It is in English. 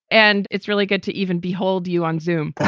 and it's really good to even behold you on zoome.